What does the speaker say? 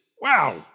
Wow